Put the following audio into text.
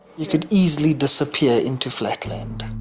you could easily disappear into flat land.